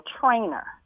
trainer